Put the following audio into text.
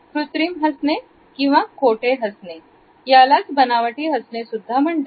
कृत्रिम हसणे किंवा खोटे हसणे यालाच बनावटी हसणे सुद्धा म्हणतात